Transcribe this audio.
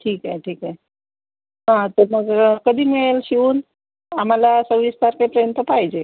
ठीक आहे ठीक आहे हां ते मग कधी मिळेल शिवून आम्हाला सव्वीस तारखेपर्यंत पाहिजे